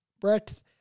Brett